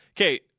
Okay